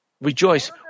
rejoice